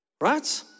Right